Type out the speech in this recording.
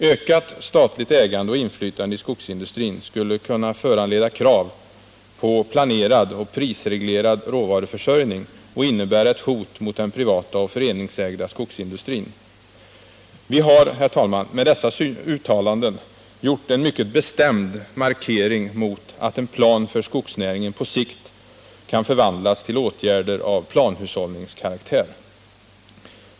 Ökat statligt ägande och inflytande i skogsindustrin skulle kunna föranleda krav på planerad och prisreglerad råvaruförsörjning och innebära ett hot mot den privata och föreningsägda skogsindustrin. Vi har, herr talman, med dessa uttalanden gjort en mycket bestämd markering mot att en ”plan för skogsnäringen” på sikt kan förvandlas till åtgärder av ”planhushållningskaraktär”.